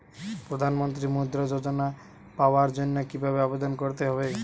প্রধান মন্ত্রী মুদ্রা যোজনা পাওয়ার জন্য কিভাবে আবেদন করতে হবে?